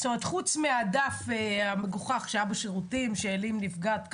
חוץ מהדף המגוחך שהיה בשירותים "אם נפגעת,